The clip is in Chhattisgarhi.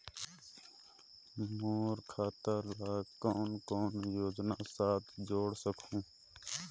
मोर खाता ला कौन कौन योजना साथ जोड़ सकहुं?